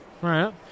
Right